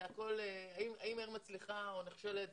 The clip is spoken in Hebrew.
אם העיר מצליחה או נכשלת,